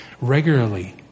regularly